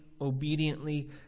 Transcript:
obediently